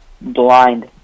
blind